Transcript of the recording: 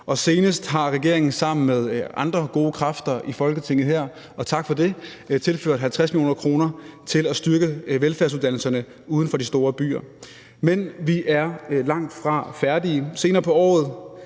senest har regeringen sammen med andre gode kræfter i Folketinget – og tak for det – tilført 50 mio. kr. til at styrke velfærdsuddannelserne uden for de store byer. Men vi er langtfra færdige.